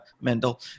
mendel